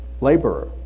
laborer